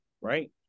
right